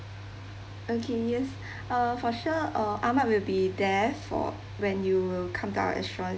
okay yes uh for sure uh ahmad will be there for when you come to our restaurant